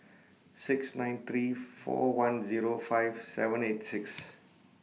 six nine three four one Zero five seven eight six